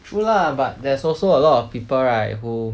true lah but there's also a lot of people right who